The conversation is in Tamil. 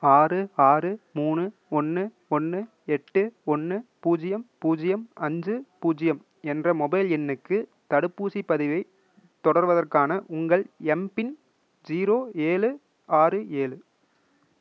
ஆறு ஆறு மூனு ஒன்று ஒன்று எட்டு ஒன்று பூஜ்யம் பூஜ்யம் அஞ்சு பூஜ்யம் என்ற மொபைல் எண்ணுக்கு தடுப்பூசிப் பதிவைத் தொடர்வதற்கான உங்கள் எம்பின் ஜீரோ ஏழு ஆறு ஏழு